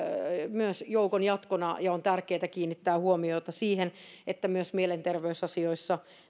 myös joukon jatkona ja on tärkeätä kiinnittää huomiota siihen että myös mielenterveysasioissa